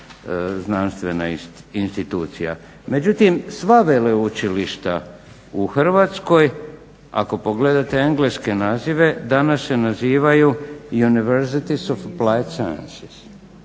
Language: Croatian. znanstvena institucija. Međutim, sva veleučilišta u Hrvatskoj, ako pogledate engleske nazive, danas se nazivaju Universities of plain science.